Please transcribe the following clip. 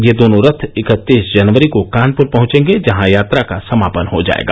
ये दोनों रथ इकत्तीस जनवरी को कानपूर पहंचेंगे जहां यात्रा का समापन हो जाएगा